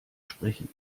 sprechen